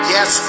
Yes